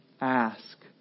ask